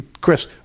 Chris